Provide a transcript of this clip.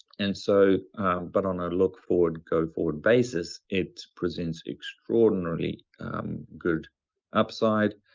and so but on our look forward, go forward basis, it presents extraordinarily good upside